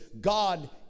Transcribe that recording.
God